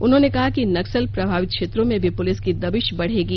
उन्होंने कहा कि नक्सल प्रभावित क्षेत्रों में भी पुलिस की दबिश बढ़ेगी